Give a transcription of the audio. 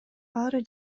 баары